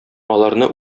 аларны